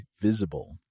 Visible